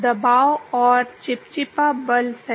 दबाव और चिपचिपा बल सही